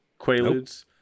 Quaaludes